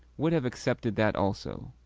would have accepted that also.